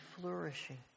flourishing